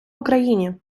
україні